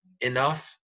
enough –